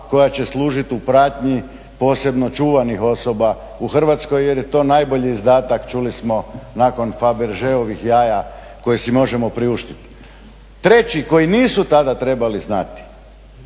koja će služiti u pratnji posebno čuvanih osoba u Hrvatskoj jer je to najbolji izdatak čuli smo nakon Fabergeovih jaja koji si možemo priuštiti. Reći koji nisu tada trebali znati